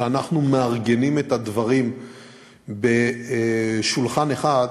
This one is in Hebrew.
ואנחנו מארגנים את הדברים בשולחן אחד,